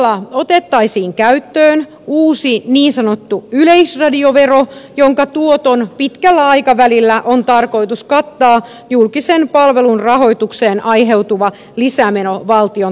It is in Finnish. samalla otettaisiin käyttöön uusi niin sanottu yleisradiovero jonka tuoton pitkällä aikavälillä on tarkoitus kattaa julkisen palvelun rahoitukseen aiheutuva lisämeno valtion talousarviossa